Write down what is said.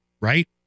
right